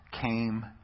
came